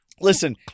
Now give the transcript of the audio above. Listen